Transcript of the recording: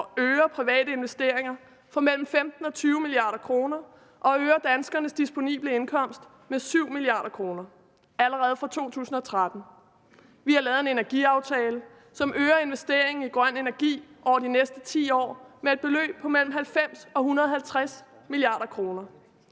og øger private investeringer for mellem 15 mia. og 20 mia. kr. og øger danskernes disponible indkomst med 7 mia. kr. allerede fra 2013. Vi har lavet en energiaftale, om øger investeringen i grøn energi over de næste 10 år med et beløb på mellem 90 mia. og 150 mia. kr.